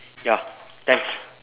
ya thanks